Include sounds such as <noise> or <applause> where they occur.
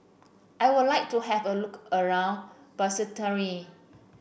<noise> I would like to have a look around Basseterre